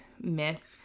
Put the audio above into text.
myth